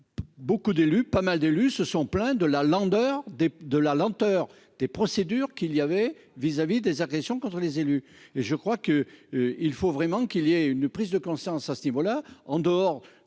beaucoup d'élus, pas mal d'élus se sont plaints de la Länder des de la lenteur des procédures qu'il y avait vis-à-vis des agressions contre les élus, et je crois que il faut vraiment qu'il y ait une prise de conscience à ce niveau-là, en dehors